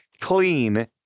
clean